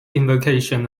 invocation